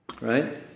Right